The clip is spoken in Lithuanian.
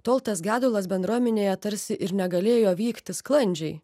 tol tas gedulas bendruomenėje tarsi ir negalėjo vykti sklandžiai